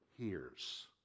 hears